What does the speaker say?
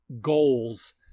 goals